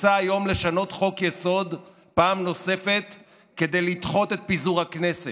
רוצה היום לשנות חוק-יסוד פעם נוספת כדי לדחות את פיזור הכנסת.